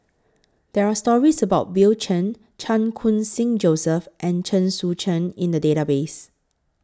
There Are stories about Bill Chen Chan Khun Sing Joseph and Chen Sucheng in The Database